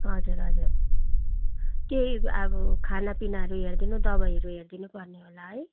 हजुर हजुर केही अब खानापिनाहरू हेरिदिनु दबाईहरू हेरिदिनु पर्ने होला है